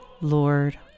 Lord